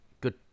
good